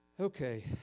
Okay